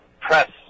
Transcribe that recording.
press